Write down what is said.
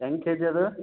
ಹೆಂಗೆ ಕೆಜಿ ಅದು